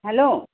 hello